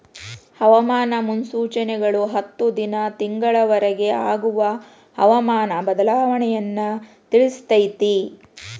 ಹವಾಮಾನ ಮುನ್ಸೂಚನೆಗಳು ಹತ್ತು ದಿನಾ ತಿಂಗಳ ವರಿಗೆ ಆಗುವ ಹವಾಮಾನ ಬದಲಾವಣೆಯನ್ನಾ ತಿಳ್ಸಿತೈತಿ